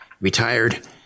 retired